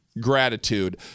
gratitude